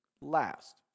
last